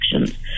actions